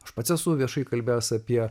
aš pats esu viešai kalbėjęs apie